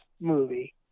movie